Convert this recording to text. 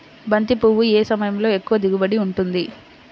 బంతి పువ్వు ఏ సమయంలో ఎక్కువ దిగుబడి ఉంటుంది?